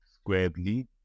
squarely